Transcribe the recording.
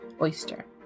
Oyster